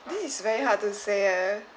this is very hard to say eh